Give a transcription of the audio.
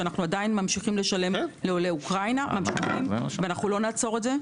שאנחנו עדיין ממשיכים לשלם לעולי אוקראינה ולא נעצור אותו.